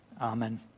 Amen